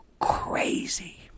crazy